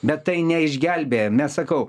bet tai neišgelbėja nes sakau